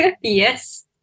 Yes